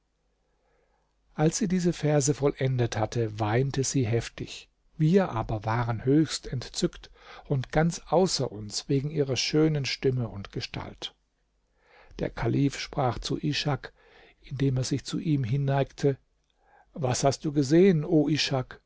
als dies diese verse vollendet hatte weinte sie heftig wir aber waren höchst entzückt und ganz außer uns wegen ihrer schönen stimme und gestalt der kalif sprach zu ishak indem er sich zu ihm hinneigte was hast du gesehen o